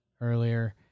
earlier